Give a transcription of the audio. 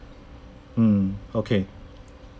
mm okay